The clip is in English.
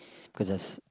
cause there's